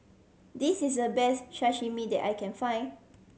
this is the best Sashimi that I can find